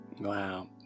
Wow